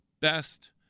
best